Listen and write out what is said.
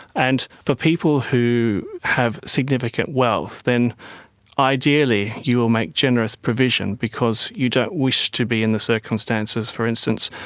and for people who have significant wealth, then ideally you will make generous provision because you don't wish to be in the circumstances, for instance,